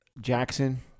Jackson